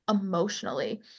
emotionally